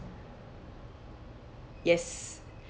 yes